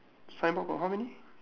signboard got how many